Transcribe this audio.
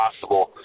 possible